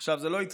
אדוני,